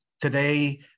today